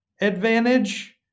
advantage